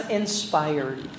inspired